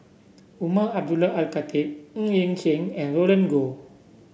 Umar Abdullah Al Khatib Ng Yi Sheng and Roland Goh